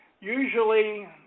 usually